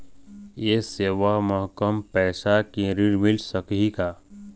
ये सेवा म कम पैसा के ऋण मिल सकही का?